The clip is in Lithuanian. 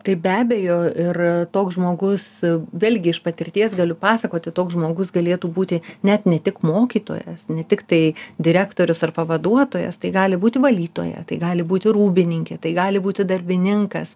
tai be abejo ir toks žmogus vėlgi iš patirties galiu pasakoti toks žmogus galėtų būti net ne tik mokytojas ne tiktai direktorius ar pavaduotojas tai gali būti valytoja tai gali būti rūbininkė tai gali būti darbininkas